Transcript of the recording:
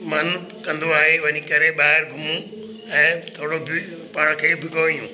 मन कंदो आहे वञी करे ॿाहिरि घुमूं ऐं थोरो पाण खे भिगोयूं